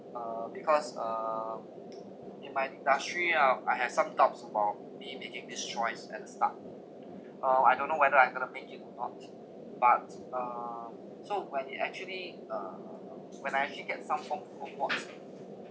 uh because um in my industry um I have some doubts about me making this choice at the start uh I don't know whether I'm going to make it or not but um so when it actually uh when I actually get some form of awards